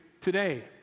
today